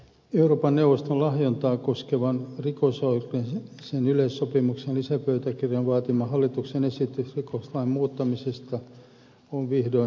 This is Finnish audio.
euroopan neuvoston lahjontaa koskevan rikosoikeudellisen yleissopimuksen lisäpöytäkirjan vaatima hallituksen esitys rikoslain muuttamisesta on vihdoin eduskunnassa